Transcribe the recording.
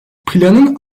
planın